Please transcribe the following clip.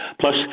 Plus